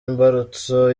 imbarutso